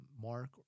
mark